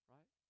Right